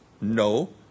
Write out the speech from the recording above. no